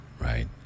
right